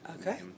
Okay